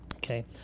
Okay